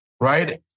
right